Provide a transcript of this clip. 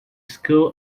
school